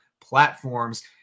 platforms